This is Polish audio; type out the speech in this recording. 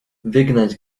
wygnać